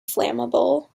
flammable